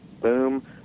Boom